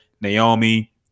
Naomi